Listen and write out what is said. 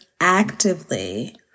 actively